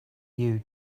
you